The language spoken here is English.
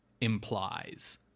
implies